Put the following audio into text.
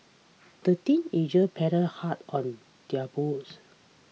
the teenagers paddled hard on their boats